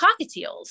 cockatiels